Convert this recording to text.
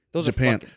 Japan